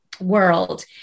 world